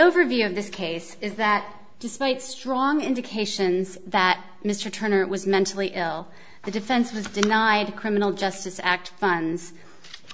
overview of this case is that despite strong indications that mr turner was mentally ill the defense was denied a criminal justice act funds